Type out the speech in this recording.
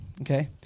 okay